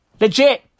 Legit